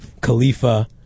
Khalifa